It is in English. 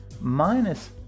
minus